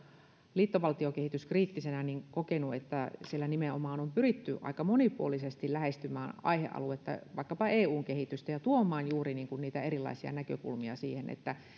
liittovaltiokehityskriittisenä kokenut että ulkopoliittisessa instituutissa nimenomaan on pyritty aika monipuolisesti lähestymään aihealuetta vaikkapa eun kehitystä ja tuomaan juuri niitä erilaisia näkökulmia siihen